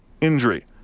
injury